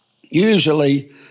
usually